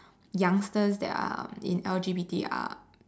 youngsters that are in L_G_B_T are